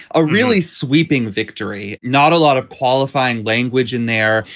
a really sweeping victory. not a lot of qualifying language in there.